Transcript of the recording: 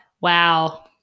Wow